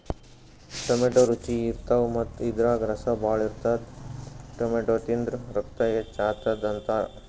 tomato ರುಚಿ ಇರ್ತವ್ ಮತ್ತ್ ಇದ್ರಾಗ್ ರಸ ಭಾಳ್ ಇರ್ತದ್ ಟೊಮ್ಯಾಟೋ ತಿಂದ್ರ್ ರಕ್ತ ಹೆಚ್ಚ್ ಆತದ್ ಅಂತಾರ್